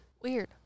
Weird